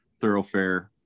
thoroughfare